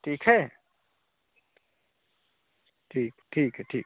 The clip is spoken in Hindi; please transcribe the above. ठीक है ठीक ठीक है ठीक है